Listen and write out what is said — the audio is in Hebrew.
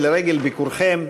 ולרגל ביקורכם,